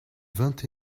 vingt